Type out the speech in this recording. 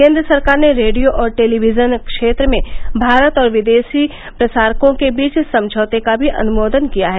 केन्द्र सरकार ने रेडियो और टेलीविजन क्षेत्र में भारत और विदेशी प्रसारकों के बीच समझौते का भी अनुमोदन किया है